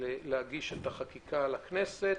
להגיש את החקיקה לכנסת.